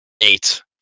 eight